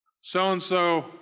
So-and-so